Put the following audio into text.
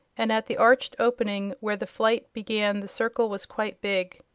and at the arched opening where the flight began the circle was quite big.